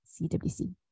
CWC